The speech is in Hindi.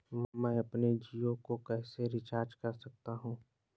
मैं अपने जियो को कैसे रिचार्ज कर सकता हूँ?